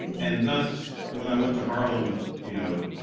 and thus, when i went to harlem, you know,